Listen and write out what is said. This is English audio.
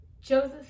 Joseph